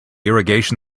irrigation